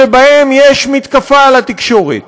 שבהם יש מתקפה על התקשורת,